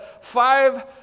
five